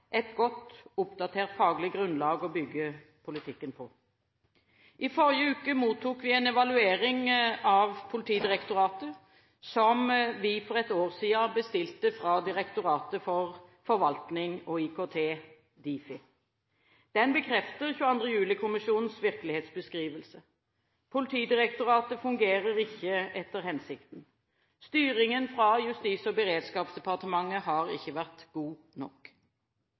et godt oppdatert faglig grunnlag å bygge politikken på. I forrige uke mottok vi en evaluering av Politidirektoratet som vi for ett år siden bestilte fra Direktoratet for forvaltning og IKT, Difi. Den bekrefter 22. juli-kommisjonens virkelighetsbeskrivelse: Politidirektoratet fungerer ikke etter hensikten. Styringen fra Justis- og beredskapsdepartementet har ikke vært god nok.